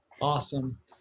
Awesome